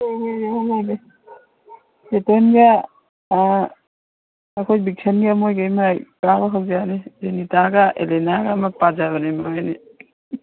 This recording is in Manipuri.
ꯑꯥ ꯑꯩꯈꯣꯏ ꯕꯤꯛꯁꯟꯒ ꯃꯣꯏꯒꯩ ꯃꯥꯏ ꯀꯥꯕ ꯍꯧꯖꯔꯅꯤ ꯖꯦꯅꯤꯇꯥꯒ ꯑꯦꯂꯤꯅꯥꯒ ꯑꯃ ꯄꯥꯖꯕꯅꯤ ꯃꯣꯏ ꯑꯅꯤ